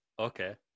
Okay